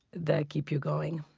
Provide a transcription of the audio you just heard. that keep you going.